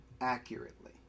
accurately